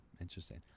Interesting